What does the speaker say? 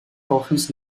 volgens